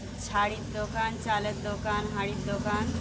শাড়ির দোকান চালের দোকান হাঁড়ির দোকান